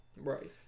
Right